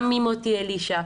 גם ממוטי אלישע,